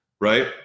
right